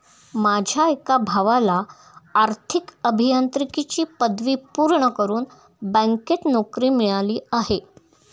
माझ्या एका भावाला आर्थिक अभियांत्रिकीची पदवी पूर्ण करून बँकेत नोकरी मिळाली आहे